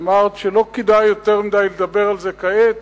אמרת שלא כדאי יותר מדי לדבר על זה כעת,